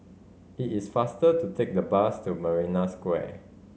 it is faster to take the bus to Marina Square